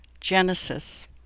Genesis